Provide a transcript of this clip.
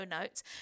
notes